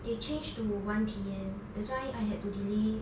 they change to one P_M that's why I had to delay